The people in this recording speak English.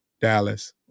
Dallas